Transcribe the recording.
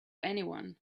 anyone